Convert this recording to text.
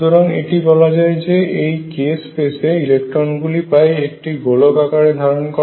সুতরাং এটি বলা যায় যে এই k স্পেসে ইলেকট্রনগুলি প্রায় একটি গোলক আকার ধারণ করে